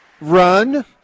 Run